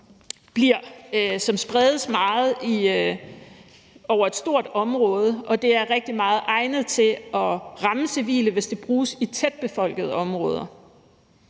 som spredes over et stort område, og det er rigtig meget egnet til at ramme civile, hvis det bruges i tætbefolkede områder.